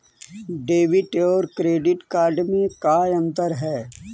Debit और credit card में का अंतर है?